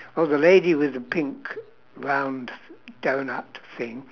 well the lady with the pink round doughnut thing